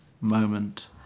moment